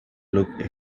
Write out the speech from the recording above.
look